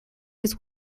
his